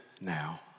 now